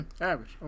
average